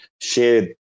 share